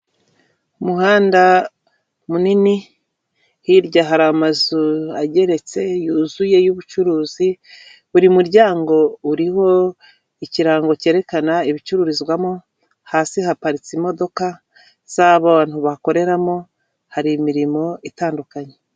Umuhanda munini, hirya hari amazu ageretse yuzuye y'ubucuruzi, buri muryango uriho ikirango cyerekana ibicururizwamo; hasi haparitse imodoka z'abantu bakoreramo, hari imirimo itandukanye!